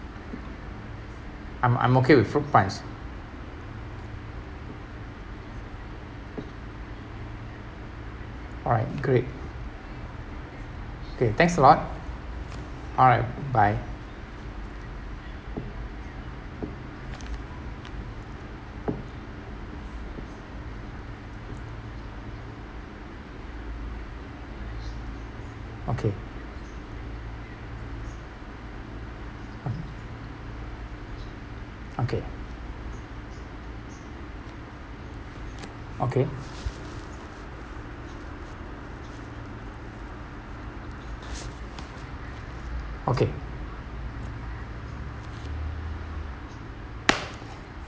I'm I'm okay with fruit punch alright great okay thanks a lot alright bye okay okay okay okay